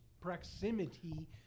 proximity